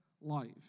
life